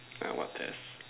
my WhatsApp